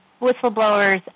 whistleblowers